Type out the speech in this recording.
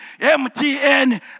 MTN